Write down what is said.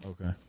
Okay